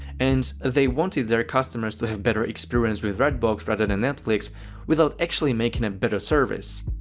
and they wanted their customers to have better experience with redbox rather than netflix without actually making a better service.